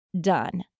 done